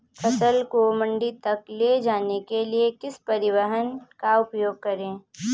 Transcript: फसल को मंडी तक ले जाने के लिए किस परिवहन का उपयोग करें?